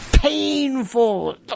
painful